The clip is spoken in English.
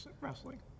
wrestling